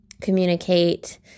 communicate